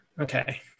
Okay